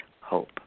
hope